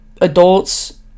adults